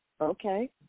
Okay